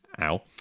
Ow